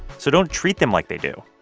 so don't treat them like they do.